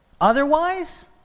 otherwise